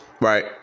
Right